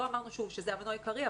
לא אמרנו שזה הדבר העיקרי,